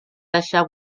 deixar